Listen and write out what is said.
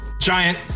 Giant